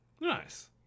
Nice